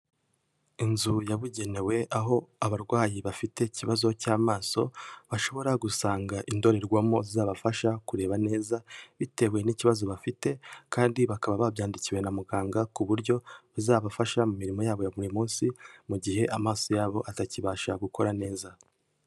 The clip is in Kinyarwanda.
Inzu yabugenewe. aho abarwayi bafite ikibazo cy'amaso bashobora gusanga indorerwamo zabafasha kureba neza bitewe n'ikibazo bafite kandi bakaba babyandikiwe na muganga ku buryo bazabafasha mu mirimo yabo ya buri munsi, mu gihe amaso yabo atakibasha gukora neza.